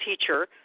teacher